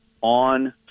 on